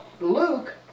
Luke